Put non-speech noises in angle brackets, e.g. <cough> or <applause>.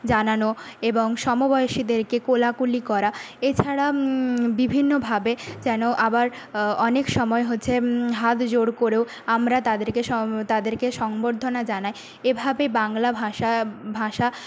জানানো এবং সমবয়সীদেরকে কোলাকুলি করা এছাড়া বিভিন্নভাবে যেন আবার অনেক সময় হচ্ছে হাত জোড় করেও আমরা তাদেরকে <unintelligible> তাদেরকে সংবর্ধনা জানাই এভাবে বাংলা ভাষা ভাষা